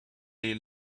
they